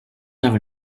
never